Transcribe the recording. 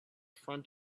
front